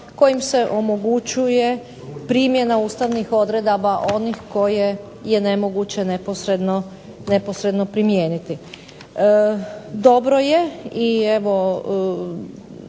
kojim se omogućuje primjena ustavnih odredaba, onih koje je nemoguće neposredno primijeniti. Dobro je i evo